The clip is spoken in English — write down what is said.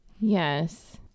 Yes